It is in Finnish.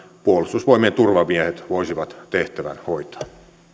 puolustusvoimien turvamiehet voisivat tehtävän hoitaa